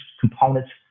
components